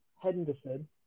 Henderson